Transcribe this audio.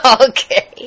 Okay